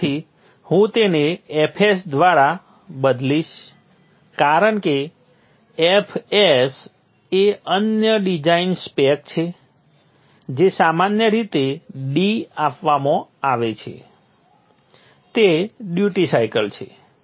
તેથી હું તેને fs દ્વારા બદલીશ કારણ કે fs એ અન્ય ડિઝાઇન સ્પેક છે જે સામાન્ય રીતે d આપવામાં આવે છે તે ડ્યુટી સાયકલ છે